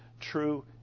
true